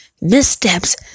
missteps